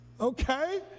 okay